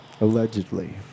Allegedly